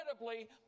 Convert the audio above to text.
incredibly